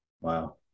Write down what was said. Wow